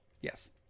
Yes